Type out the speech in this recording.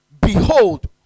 behold